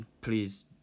please